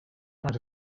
tried